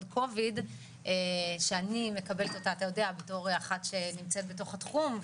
COVID שאני מקבלת אותה בתור אחת שנמצאת בתוך התחום,